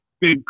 big